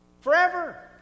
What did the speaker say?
Forever